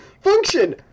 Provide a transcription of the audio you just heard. Function